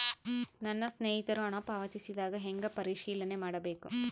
ನನ್ನ ಸ್ನೇಹಿತರು ಹಣ ಪಾವತಿಸಿದಾಗ ಹೆಂಗ ಪರಿಶೇಲನೆ ಮಾಡಬೇಕು?